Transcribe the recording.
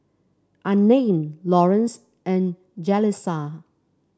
Unnamed Lawrence and Jaleesa